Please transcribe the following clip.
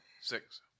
Six